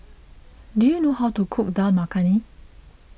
do you know how to cook Dal Makhani